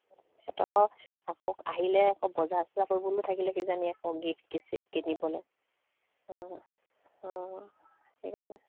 আকৌ আহিলে আকৌ বজাৰ চজাৰ কৰিবলও থাকিলে কিজানি আকৌ গিফ্ট কিনিবলে অঁ সেইকাৰণে